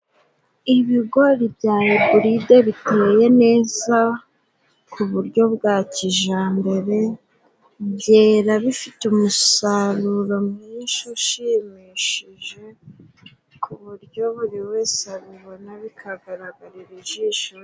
Ibigori bya iburide biteye neza ku buryo bwa kijambere, byera bifite umusaruro mwinshi ushimishije, ku buryo buri wese abibona bikagaragarira ijisho rye.